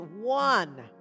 one